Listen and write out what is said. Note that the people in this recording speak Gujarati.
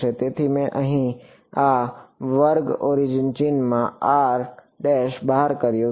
તેથી મેં અહીંથી આ વર્ગઓરિજિન ચિહ્નમાંથી બહાર કા્યું